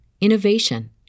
innovation